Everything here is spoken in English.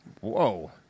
Whoa